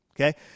okay